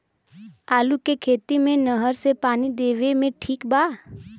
आलू के खेती मे नहर से पानी देवे मे ठीक बा?